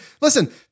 listen